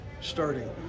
starting